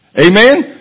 Amen